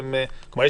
כלומר,